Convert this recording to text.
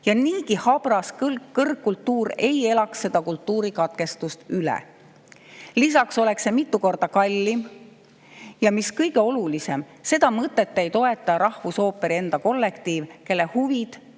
ja niigi habras kõrgkultuur ei elaks seda kultuurikatkestust üle. Lisaks oleks see mitu korda kallim. Ja mis kõige olulisem: seda mõtet ei toeta rahvusooperi enda kollektiiv, kellele